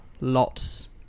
lots